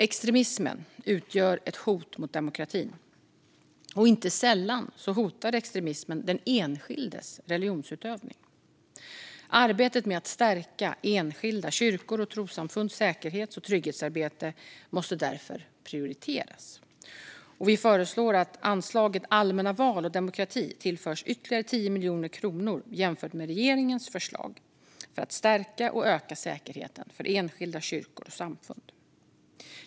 Extremismen utgör ett hot mot demokratin. Inte sällan hotar extremismen den enskildes religionsutövning. Arbetet med att stärka enskilda kyrkors och trossamfunds säkerhets och trygghetsarbete måste därför prioriteras. Vi föreslår att anslaget Allmänna val och demokrati tillförs ytterligare 10 miljoner kronor jämfört med regeringens förslag, för att stärka och öka säkerheten för enskilda kyrkor och samfund.